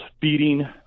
feeding